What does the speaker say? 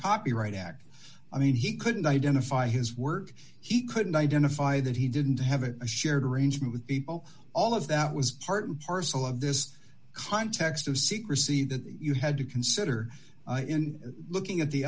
copyright act i mean he couldn't identify his work he couldn't identify that he didn't have it a shared arrangement with people all of that was part and parcel of this context of secrecy that you had to consider in looking at the